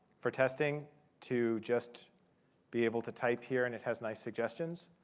for testing to just be able to type here. and it has nice suggestions.